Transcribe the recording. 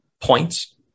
points